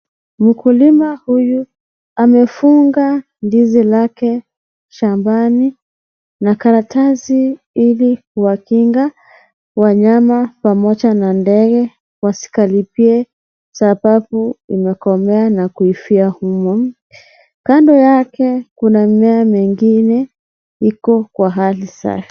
Mkulima huyu amefunga ndizi lake shambani, na karatasi ili kuwakinga wanyama pamoja na ndege, wasikaribie kwa sababu imekomaa na kuivia humo. Kando yake kuna mimea mengine ambayo iko kwa hali safi.